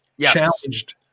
challenged